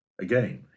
Again